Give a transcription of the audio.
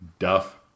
Duff